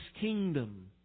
kingdom